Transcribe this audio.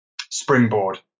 springboard